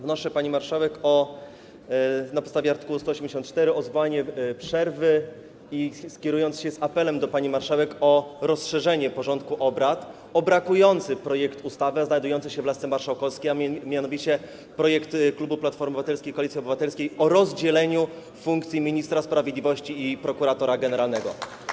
Wnoszę, pani marszałek, na podstawie art. 184 o zwołanie przerwy, kierując apel do pani marszałek o rozszerzenie porządku obrad o brakujący projekt ustawy znajdujący się w lasce marszałkowskiej, a mianowicie projekt klubu Platformy Obywatelskiej - Koalicji Obywatelskiej o rozdzieleniu funkcji ministra sprawiedliwości i prokuratora generalnego.